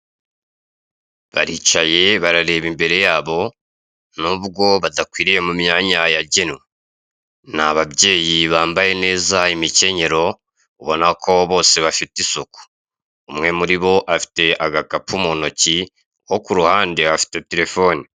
Baricaye barareba imbere yabo nubwo badakwiriye mu myanya yagenwe. Ni ababyeyi bambaye neza imikenyero ubona ko bose bafite isuku. Umwe muri bo afite agakapu mu ntoki uwo ku ruhande afite telefone.